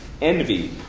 envy